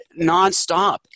nonstop